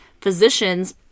physicians